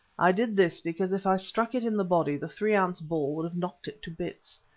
i did this because if i struck it in the body the three-ounce ball would have knocked it to bits.